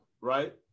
right